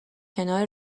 کنار